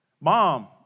Mom